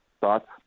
Thoughts